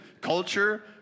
culture